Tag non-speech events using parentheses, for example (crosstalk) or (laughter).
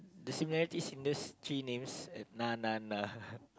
the similarities in these three names na na na (laughs)